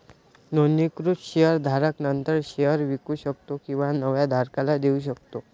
नोंदणीकृत शेअर धारक नंतर शेअर विकू शकतो किंवा नव्या धारकाला देऊ शकतो